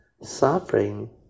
suffering